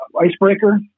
icebreaker